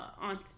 aunt